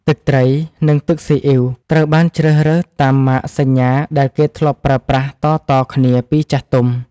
ទឹកត្រី និងទឹកស៊ីអ៊ីវត្រូវបានជ្រើសរើសតាមម៉ាកសញ្ញាដែលគេធ្លាប់ប្រើប្រាស់តៗគ្នាពីចាស់ទុំ។